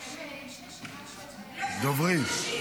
יש רשימה של --- דוברים.